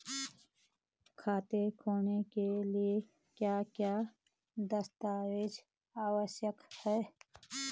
खाता खोलने के लिए क्या क्या दस्तावेज़ आवश्यक हैं?